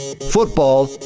football